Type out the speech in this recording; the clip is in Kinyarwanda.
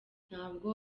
ntabwo